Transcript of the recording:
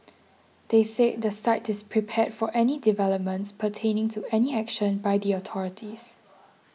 they said the site is prepared for any developments pertaining to any action by the authorities